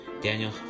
Daniel